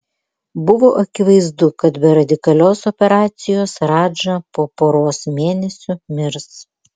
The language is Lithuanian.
buvo akivaizdu kad be radikalios operacijos radža po poros mėnesių mirs